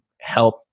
help